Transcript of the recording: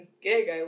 gig